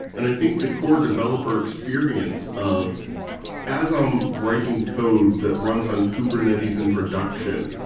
i think the core developer experience of as i'm writing code that runs on kubernetes in production,